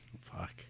Fuck